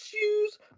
shoes